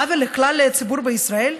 עוול לכלל הציבור בישראל?